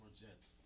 Jets